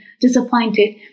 disappointed